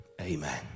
Amen